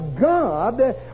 God